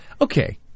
Okay